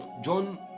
John